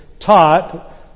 taught